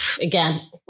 again